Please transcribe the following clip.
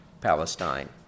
Palestine